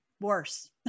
worse